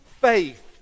faith